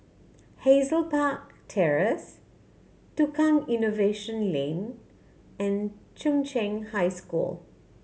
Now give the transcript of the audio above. Hazel Park Terrace Tukang Innovation Lane and Chung Cheng High School